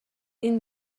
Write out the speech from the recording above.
این